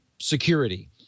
security